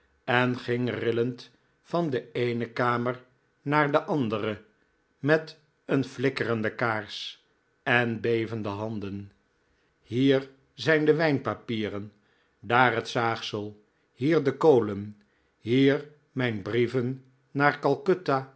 en ging rillend van de eene kamer naar de andere met een flikkerende kaars en bevende handen hier zijn de wijnpapieren daar het zaagsel hier de kolen hier mijn brieven naar